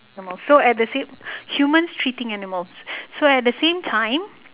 animals so at the same humans treating animals so at the same time